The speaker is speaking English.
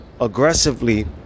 aggressively